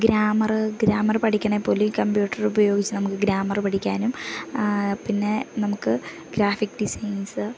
grammar grammar പഠിക്കണമെങ്കിൽ പോലും ഈ കമ്പ്യൂട്ടർ ഉപയോഗിച്ചു നമുക്ക് ഗ്രാമറ് പഠിക്കാനും പിന്നെ നമുക്ക് ഗ്രാഫിക്ക് ഡിസൈൻസ്